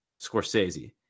Scorsese